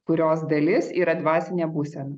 kurios dalis yra dvasinė būsena